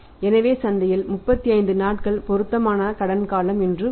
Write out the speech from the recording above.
எனவே சந்தையில் 35 நாட்கள் பொருத்தமான கடன் காலம் என்று பொருள்